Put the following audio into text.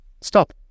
stop